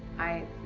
i